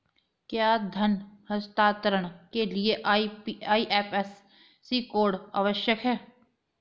क्या धन हस्तांतरण के लिए आई.एफ.एस.सी कोड आवश्यक है?